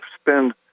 spend